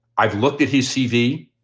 i've looked at his cv.